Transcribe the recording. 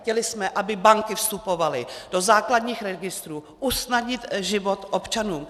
Chtěli jsme, aby banky vstupovaly do základních registrů, usnadnit život občanům.